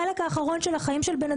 החלק האחרון של חייהם,